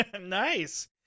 nice